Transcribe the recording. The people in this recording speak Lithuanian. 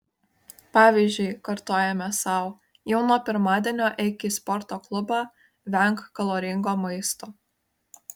pavyzdžiui kartojame sau jau nuo pirmadienio eik į sporto klubą venk kaloringo maisto